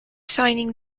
signing